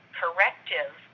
corrective